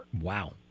Wow